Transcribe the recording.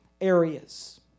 areas